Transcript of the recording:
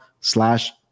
slash